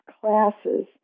classes